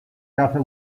caza